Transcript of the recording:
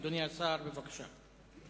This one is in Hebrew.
אדוני השר, בבקשה.